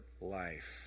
life